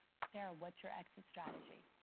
sarah, what's your exit strategy?